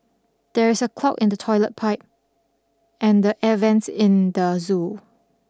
there is a clog in the toilet pipe and the air vents in the zoo